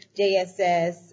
JSS